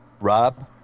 Rob